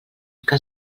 que